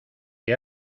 que